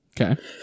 Okay